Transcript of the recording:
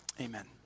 Amen